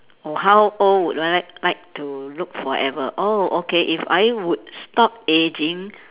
or how old would I like like to look forever oh okay if I would stop ageing